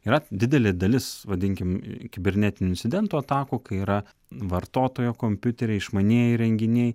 yra didelė dalis vadinkime kibernetinių incidentų atakų kai yra vartotojo kompiuteriai išmanieji įrenginiai